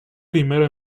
primero